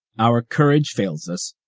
our courage fails us,